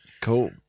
Cool